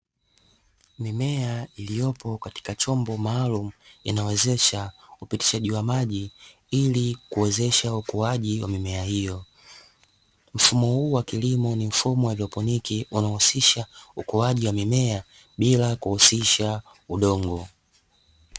Mimea iliyopo katika chombo maalumu inawezesha upitishaji wa maji, ili kuwezesha ukuaji wa mimea hiyo. Mfumo huu wa kilimo ni mfumo wa haidroponi, unaohusisha ukuaji wa mimea bila kuhusisha udongo.